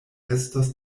estos